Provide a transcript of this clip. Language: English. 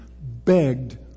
begged